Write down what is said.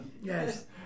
Yes